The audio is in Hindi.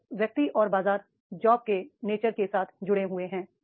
तो व्यक्ति और बाजार जॉब के नेचर के साथ जुड़े हुए हैं